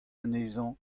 anezhañ